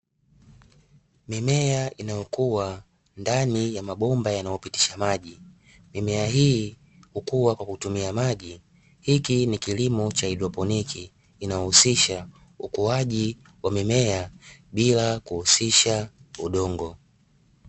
Mimea inayokuwa ndani ya mabomba yanayopitisha maji, mimea hii hukua kwa kutumia maji. Hiki ni kilimo cha haidroponi, inahusisha ukuaji wa mimea bila kuhusisha udongo.